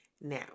Now